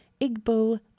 Igbo